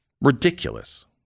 Ridiculous